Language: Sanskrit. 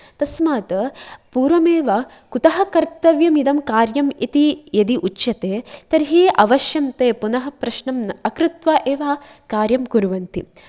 तस्मात् पूर्वमेव कुतः कर्तव्यम् इदं कार्यम् इति यदि उच्यते तहि अवश्यं ते पुनः प्रश्नम् अकृत्वा एव कार्यं कुर्वन्ति